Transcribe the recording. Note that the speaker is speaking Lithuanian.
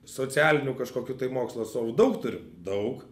socialinių kažkokių tai mokslo atstovų daug turim daug